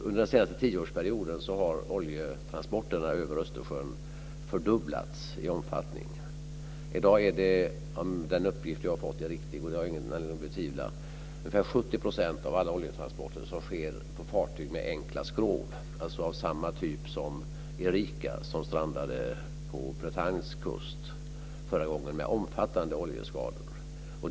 Under den senaste tioårsperioden har oljetransporterna över Östersjön fördubblats i omfattning. I dag är det om den uppgift jag har fått är riktig, vilket jag inte har någon anledning att betvivla, ungefär 70 % av alla oljetransporter som sker på fartyg med enkla skrov, alltså fartyg av samma typ som Erika, det fartyg som förra gången strandade på Bretagnes kust med omfattande oljeskador som följd.